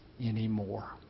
anymore